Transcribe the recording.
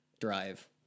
drive